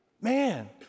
man